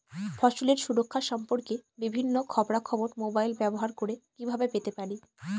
ফসলের সুরক্ষা সম্পর্কে বিভিন্ন খবরা খবর মোবাইল ব্যবহার করে কিভাবে পেতে পারি?